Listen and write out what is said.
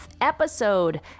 episode